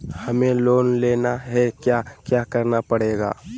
हमें लोन लेना है क्या क्या करना पड़ेगा?